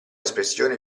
espressione